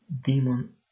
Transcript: demon